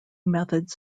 methods